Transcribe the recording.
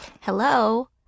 Hello